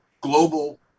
global